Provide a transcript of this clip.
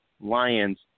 lions